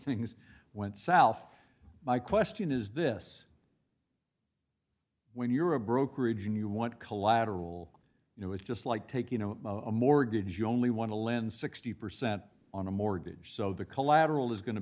things went south my question is this when you're a brokerage and you want collateral you know it's just like taking a mortgage you only want to lend sixty percent on a mortgage so the collateral is going to